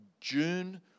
June